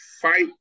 fight